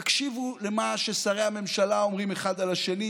תקשיבו למה ששרי הממשלה אומרים אחד על השני,